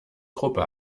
gruppe